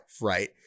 right